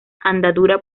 andadura